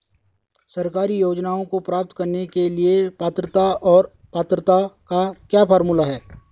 सरकारी योजनाओं को प्राप्त करने के लिए पात्रता और पात्रता का क्या फार्मूला है?